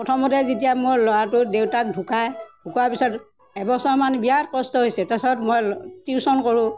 প্ৰথমতে যেতিয়া মোৰ ল'ৰাটোৰ দেউতাক ঢুকাই ঢুকোৱাৰ পিছত এবছৰমান বিৰাট কষ্ট হৈছে তাৰপিছত মই টিউশ্যন কৰোঁ